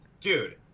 dude